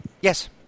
yes